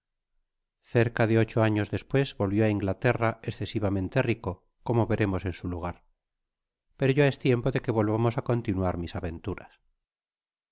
cerca de ocho años despues volvio á inglaterra escesivamente rico como veremos en su lugar pero ya es tiempo de que volvamos á continuar mis aventuras